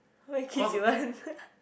how many kids you want